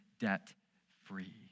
debt-free